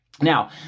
Now